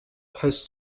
has